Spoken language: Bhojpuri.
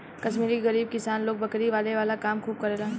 कश्मीर के गरीब किसान लोग बकरी के पाले वाला काम खूब करेलेन